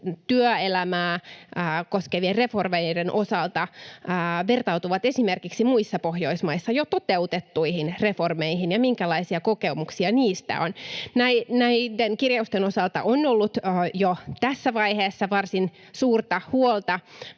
työelämää koskevien reformeiden osalta vertautuvat esimerkiksi muissa Pohjoismaissa jo toteutettuihin reformeihin, ja minkälaisia kokemuksia niistä on? Näiden kirjausten osalta on ollut jo tässä vaiheessa varsin suurta huolta,